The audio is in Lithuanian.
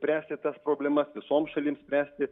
spręsti tas problemas visoms šalims spręsti